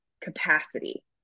capacity